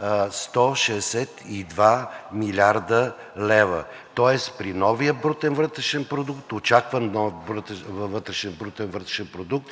162 млрд. лв. Тоест при новия брутен вътрешен продукт, очакван нов брутен вътрешен продукт,